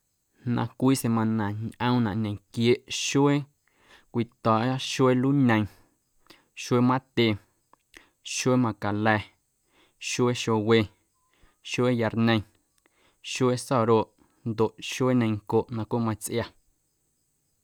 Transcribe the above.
Na cwii semana ñꞌoomnaꞌ ñenquieꞌ xuee cwito̱o̱ꞌya xuee luñe, xuee matye, xuee, xuee macala̱, xuee xowe, xuee yarñe, xuee saroꞌ ndoꞌ xuee ñencoꞌ na cweꞌ matsꞌia.